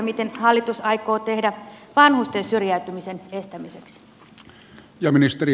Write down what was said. mitä hallitus aikoo tehdä vanhusten syrjäytymisen estämiseksi